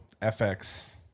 FX